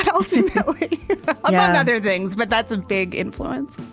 and ultimately among other things, but that's a big influence